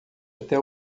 até